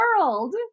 world